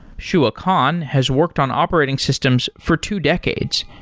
shuah ah khan has worked on operating systems for two decades,